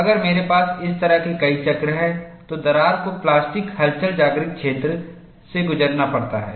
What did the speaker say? अगर मेरे पास इस तरह के कई चक्र हैं तो दरार को प्लास्टिक हलचल जागृत क्षेत्र से गुजरना पड़ता है